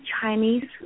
Chinese